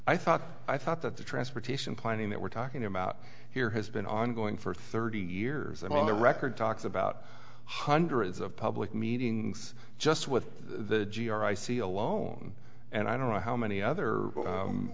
i thought i thought that the transportation planning that we're talking about here has been ongoing for thirty years and on the record talks about hundreds of public meetings just with the g r i see alone and i don't know how many other